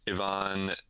ivan